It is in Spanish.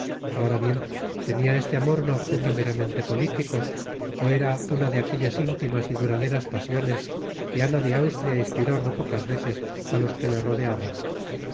ahora bien tenia este amor un objeto meramente político ó era una de aquellas intimas y duraderas pasiones que ana de austria inspiró no pocas veces á los que le rodeaban